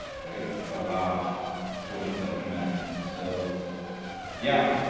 right? for large portions of humanity. so yeah,